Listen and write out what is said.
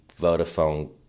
Vodafone